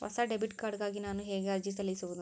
ಹೊಸ debit card ಗಾಗಿ ನಾನು ಹೇಗೆ ಅರ್ಜಿ ಸಲ್ಲಿಸುವುದು?